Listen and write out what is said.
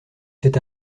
cet